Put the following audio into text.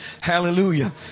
Hallelujah